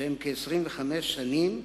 כ-25 שנים,